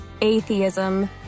Atheism